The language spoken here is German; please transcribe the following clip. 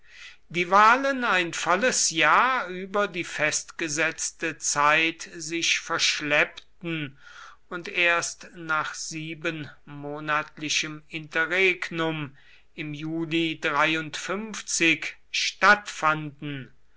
die wahlen ein volles jahr über die festgesetzte zeit sich verschleppten und erst nach siebenmonatlichem interregnum im juli stattfanden